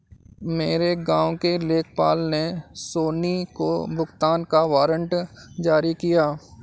मेरे गांव के लेखपाल ने सोनी को भुगतान का वारंट जारी किया